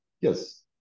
Yes